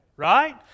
Right